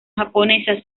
japonesa